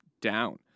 down